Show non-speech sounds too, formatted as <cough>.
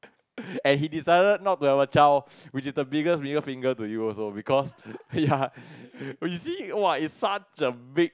<laughs> and he decided not to have a child which is the biggest finger to you also because ya you see !wah! is such a big